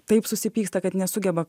taip susipyksta kad nesugeba